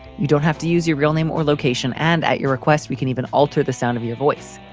you don't have to use your real name or location. and at your request, we can even alter the sound of your voice.